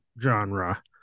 genre